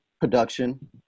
production